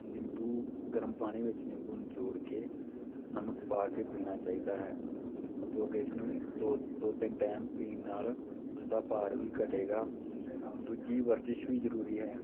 ਨਿੰਬੂ ਗਰਮ ਪਾਣੀ ਵਿੱਚ ਨਿੰਬੂ ਨਿਚੋੜ ਕੇ ਨਮਕ ਪਾ ਕੇ ਪੀਣਾ ਚਾਹੀਦਾ ਹੈ ਕਿਉਂਕਿ ਇਸ ਨੂੰ ਦੋ ਦੋ ਤਿੰਨ ਟਾਈਮ ਪੀਣ ਨਾਲ ਉਸਦਾ ਭਾਰ ਵੀ ਘਟੇਗਾ ਦੂਜੀ ਵਰਜਿਸ਼ ਵੀ ਜ਼ਰੂਰੀ ਹੈ